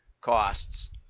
costs